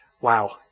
Wow